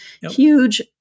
huge